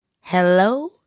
Hello